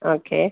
okay